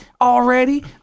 already